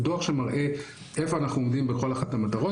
הוא דוח שמראה איפה אנחנו עומדים בכל אחת מהמטרות.